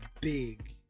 big